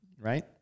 right